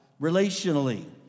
relationally